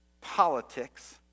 politics